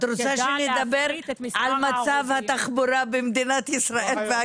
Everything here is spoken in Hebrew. את רוצה שנדבר על מצב התחבורה במדינת ישראל?